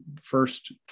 first